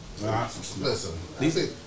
Listen